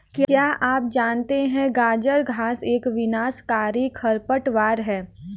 क्या आप जानते है गाजर घास एक विनाशकारी खरपतवार है?